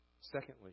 Secondly